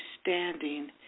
standing